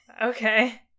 Okay